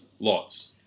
Lots